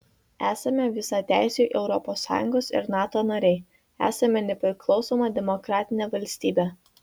esame visateisiai europos sąjungos ir nato nariai esame nepriklausoma demokratinė valstybė